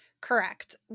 Correct